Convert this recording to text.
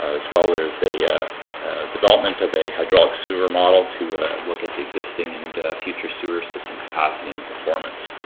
as well there's a development of a hydraulic sewer model to look at the existing and future sewer system capacity and performance.